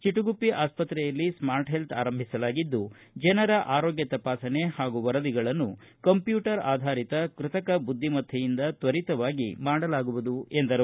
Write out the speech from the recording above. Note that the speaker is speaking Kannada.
ಚಿಟುಗುಪ್ಪಿ ಆಸ್ಪತ್ರೆಯಲ್ಲಿ ಸ್ಮಾರ್ಟ್ ಹೆಲ್ತ್ ಆರಂಭಿಸಲಾಗಿದ್ದು ಜನರ ಆರೋಗ್ಯ ತಪಾಸಣೆ ಹಾಗೂ ವರದಿಗಳನ್ನು ಕಂಪ್ಯೂಟರ್ ಆಧಾರಿತ ಕೃತಕ ಬುದ್ದಿಮತ್ತೆಯಿಂದ ತ್ವರಿತವಾಗಿ ಮಾಡಲಾಗುವುದು ಎಂದರು